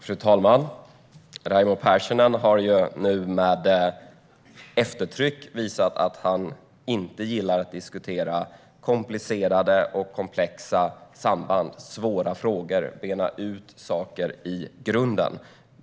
Fru talman! Raimo Pärssinen har nu med eftertryck visat att han inte gillar att diskutera komplicerade och komplexa samband, att få svåra frågor eller att bena ut saker i grunden.